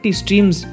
streams